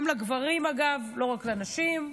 גם לגברים, אגב, לא רק לנשים,